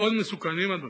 מאוד מסוכנים, אדוני.